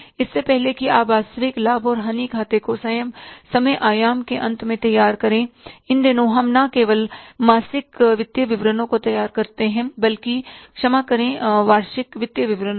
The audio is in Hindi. इससे पहले कि आप वास्तविक लाभ और हानि खाते को समय आयाम के अंत में तैयार करें इन दिनों हम न केवल मासिक वित्तीय विवरणों को तैयार करते हैं बल्कि क्षमा करें वार्षिक वित्तीय विवरणों को